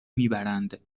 میبرند